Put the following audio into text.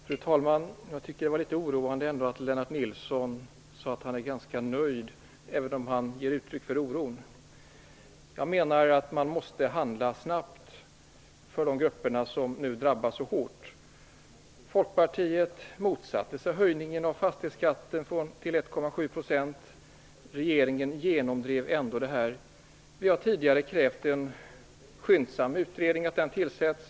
Fru talman! Jag tycker ändå att det var litet oroande att Lennart Nilsson sade att han är ganska nöjd, även om han gav uttryck för oro. Jag menar att man måste handla snabbt när det gäller de grupper som nu drabbas så hårt. Folkpartiet motsatte sig höjningen av fastighetsskatten till 1,7 %. Regeringen genomdrev den ändå. Vi har tidigare krävt att en utredning tillsätts skyndsamt.